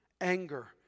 anger